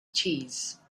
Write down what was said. cheese